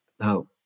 Now